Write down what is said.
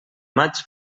maig